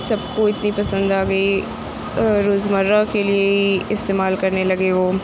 سب کو اتنی پسند آ گئی اور روزمرہ کے لیے ہی استعمال کرنے لگے وہ